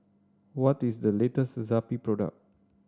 what is the latest Zappy product